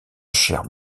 chair